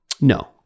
No